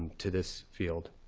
to this field.